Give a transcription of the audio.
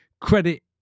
credit